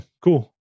cool